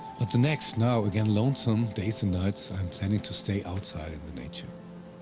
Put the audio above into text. but the next, now again lonesome, days and nights i am planning to stay outside in the nature.